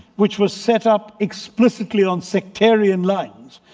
which was set up explicitly on sectarian lines.